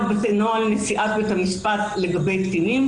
נוהל נשיאת בית המשפט לגבי קטינים,